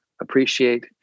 appreciate